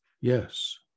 yes